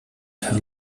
have